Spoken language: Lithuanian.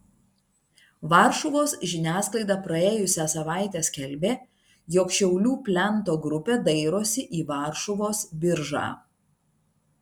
varšuvos žiniasklaida praėjusią savaitę skelbė jog šiaulių plento grupė dairosi į varšuvos biržą